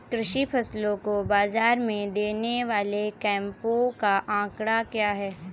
कृषि फसलों को बाज़ार में देने वाले कैंपों का आंकड़ा क्या है?